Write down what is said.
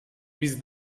biz